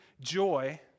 joy